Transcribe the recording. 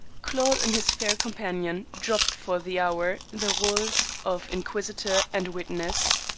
claude and his fair companion dropped for the hour the roles of inquisitor and witness.